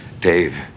Dave